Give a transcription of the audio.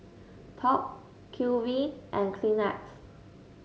Top Q V and Kleenex